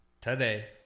Today